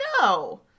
No